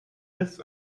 this